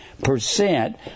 percent